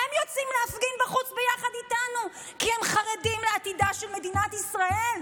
הם יוצאים להפגין בחוץ יחד איתנו כי הם חרדים לעתידה של מדינת ישראל.